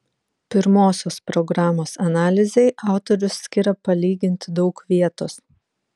pirmosios programos analizei autorius skiria palyginti daug vietos